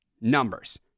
Numbers